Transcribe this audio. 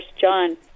John